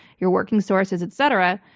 you're working sources, et cetera.